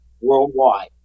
Worldwide